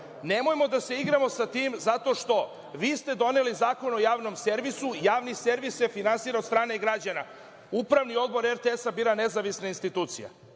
nemojmo da se igramo sa tim zato što vi ste doneli Zakon o Javnom servisu. Javni servis se finansira od strane građana. Upravni odbor RTS bira nezavisna institucija.